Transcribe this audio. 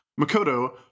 Makoto